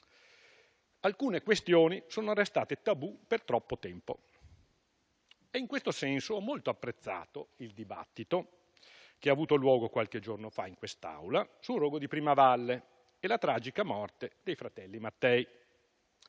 Alcune questioni sono restate tabù per troppo tempo e in questo senso ho molto apprezzato il dibattito che ha avuto luogo qualche giorno fa in quest'Aula sul rogo di Primavalle e la tragica morte dei fratelli Mattei.